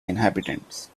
inhabitants